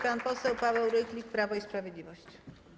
Pan poseł Paweł Rychlik, Prawo i Sprawiedliwość.